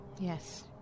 Yes